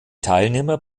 teilnehmer